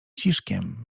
ciszkiem